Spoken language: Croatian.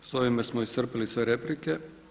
S ovime smo iscrpili sve replike.